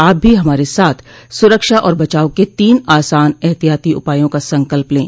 आप भी हमारे साथ सुरक्षा और बचाव के तीन आसान एहतियाती उपायों का संकल्प लें